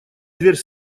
дверь